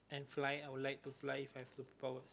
flying I would like to fly if I have superpowers